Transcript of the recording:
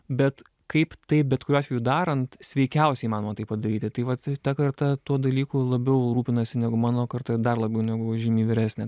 bet kaip tai bet kuriuo atveju darant sveikiausia įmanoma tai padaryti tai vat ta karta tuo dalyku labiau rūpinasi negu mano karta dar labiau negu žymiai vyresnė